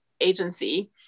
agency